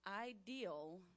ideal